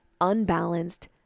unbalanced